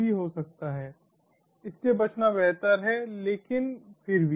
भी हो सकता है इससे बचना बेहतर है लेकिन फिर भी